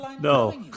No